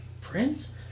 Prince